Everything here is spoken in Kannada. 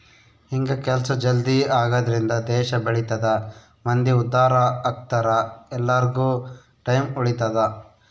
ಹಿಂಗ ಕೆಲ್ಸ ಜಲ್ದೀ ಆಗದ್ರಿಂದ ದೇಶ ಬೆಳಿತದ ಮಂದಿ ಉದ್ದಾರ ಅಗ್ತರ ಎಲ್ಲಾರ್ಗು ಟೈಮ್ ಉಳಿತದ